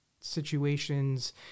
situations